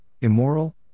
immoral